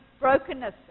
brokenness